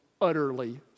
utterly